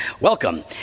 welcome